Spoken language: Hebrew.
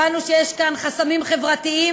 הבנו שיש כאן חסמים חברתיים,